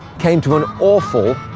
came to an awful,